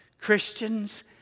Christians